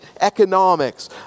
economics